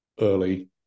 early